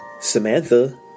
Samantha